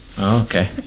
Okay